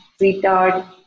retard